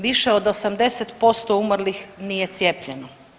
Više od 80% umrlih nije cijepljeno.